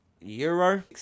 euro